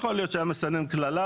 יכול להיות שהיה מסנן קללה,